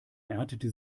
erntete